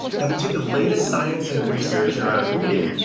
and we took the latest science and research around reading,